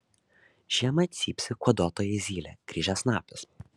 žiemą cypsi kuoduotoji zylė kryžiasnapis